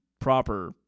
proper